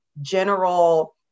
general